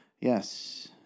yes